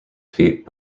feet